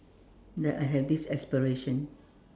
that I have this aspiration